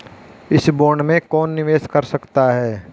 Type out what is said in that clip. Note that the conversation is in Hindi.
इस बॉन्ड में कौन निवेश कर सकता है?